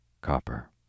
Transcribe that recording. Copper